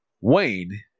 Wayne